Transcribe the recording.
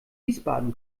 wiesbaden